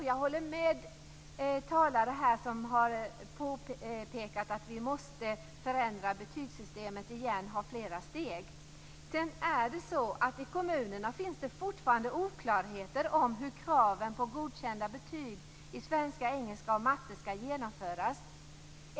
Jag håller med de talare som har påpekat att vi måste förändra betygssystemet igen och ha fler steg. Det finns fortfarande oklarheter i kommunerna om hur kraven på godkända betyg i svenska, engelska och matematik skall genomföras.